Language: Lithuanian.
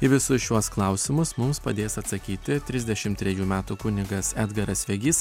į visus šiuos klausimus mums padės atsakyti trisdešim trejų metų kunigas edgaras vegys